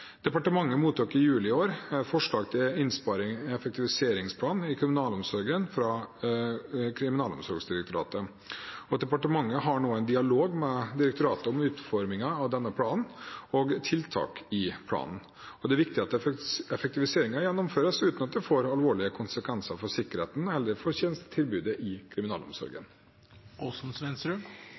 Departementet mottok i juli i år forslag til innsparings- og effektiviseringsplan i kriminalomsorgen fra Kriminalomsorgsdirektoratet. Departementet har nå en dialog med direktoratet om utformingen av denne planen og om tiltak i den. Det er viktig at effektiviseringen gjennomføres uten at det får alvorlige konsekvenser for